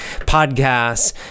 podcasts